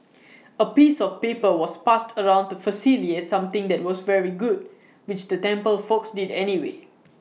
A piece of paper was passed around to facilitate something that was very good which the temple folks did anyway